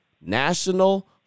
national